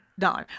No